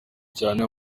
cyane